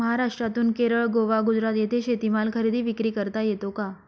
महाराष्ट्रातून केरळ, गोवा, गुजरात येथे शेतीमाल खरेदी विक्री करता येतो का?